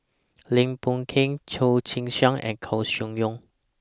Lim Boon Keng Chia Tee Chiak and Koeh Sia Yong